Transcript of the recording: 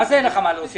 מה זה אין לך מה להוסיף?